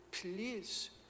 please